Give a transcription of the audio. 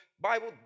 Bible